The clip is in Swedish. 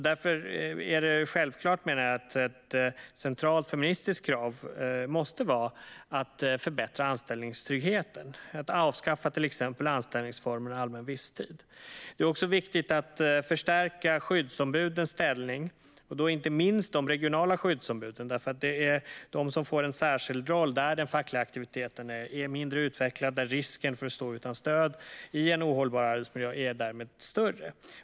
Därför är det självklart att ett centralt feministiskt krav måste vara att förbättra anställningstryggheten och avskaffa till exempel anställningsformen allmän visstid. Det är också viktigt att förstärka skyddsombudens ställning, inte minst de regionala skyddsombudens eftersom de får en särskild roll där den fackliga aktiviteten är mindre utvecklad och risken för att stå utan stöd i en ohållbar arbetsmiljö därmed är större.